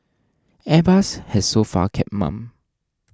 airbus has so far kept mum